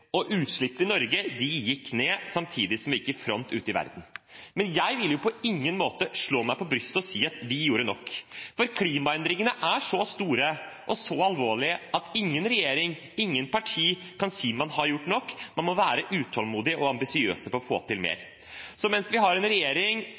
og utslippene i Norge gikk ned samtidig som vi gikk i front ute i verden. Men jeg vil på ingen måte slå meg på brystet og si at vi gjorde nok, for klimaendringene er så store og så alvorlige at ingen regjering, ingen partier kan si man har gjort nok. Vi må være utålmodige og ambisiøse for å få til mer.